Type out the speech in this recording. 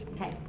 Okay